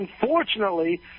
unfortunately